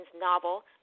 novel